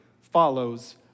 follows